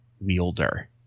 wielder